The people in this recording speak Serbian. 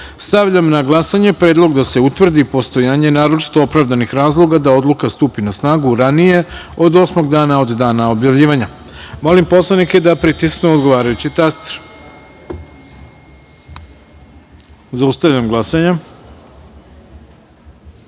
na glasanje predlog da se utvrdi postojanje naročito opravdanih razloga da odluka stupi na snagu ranije od osmog dana od dana objavljivanja. Molim poslanike da pritisnu odgovarajući taster. Zaključujem glasanje: